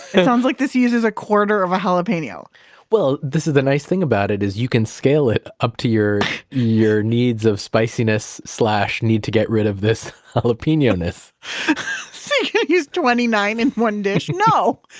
it sounds like this uses a quarter of a jalapeno well this is the nice thing about it is you can scale it up to your your needs of spiciness need to get rid of this jalapeno-ness so you twenty nine in one dish. no,